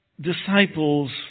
disciples